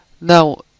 now